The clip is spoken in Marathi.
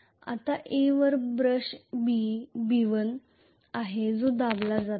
आता A वर ब्रश B1 आहे जो दाबला जात आहे